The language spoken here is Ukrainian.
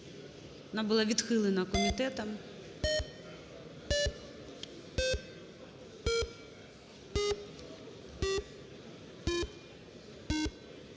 Вона була відхилена комітетом.